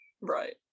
Right